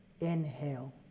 inhale